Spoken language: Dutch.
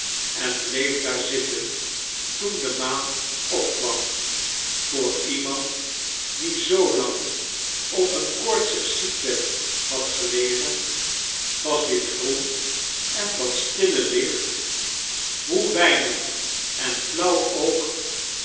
en bleef daar zitten toen de maan opkwam voor iemand die zoolang op een koortsig ziekbed had gelegen was dit groen en dat stille licht de dageraad van een beter dag hoe weinig en flauw ook